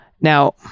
Now